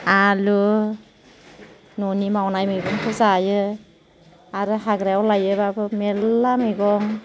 आलु न'नि मावनाय मैगंखौ जायो आरो हाग्रायाव लायोबाबो मेरला मैगं